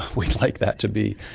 we'd like that to be!